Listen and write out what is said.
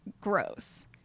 gross